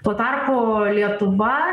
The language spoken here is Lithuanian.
tuo tarpu lietuva